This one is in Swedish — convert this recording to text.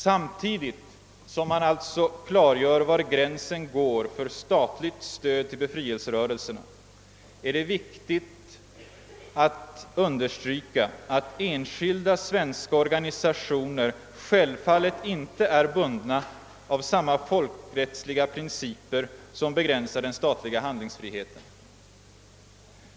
Samtidigt som man alltså klargör var gränsen går för statligt stöd till befrielserörelserna är det viktigt att understryka att enskilda svenska organisationer självfallet inte är bundna av samma folkrättsliga principer som begränsar den statliga handlingsfriheten.